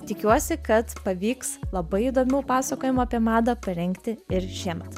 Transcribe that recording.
tikiuosi kad pavyks labai įdomių pasakojimų apie madą parengti ir šiemet